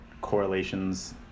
correlations